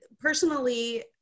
Personally